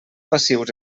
passius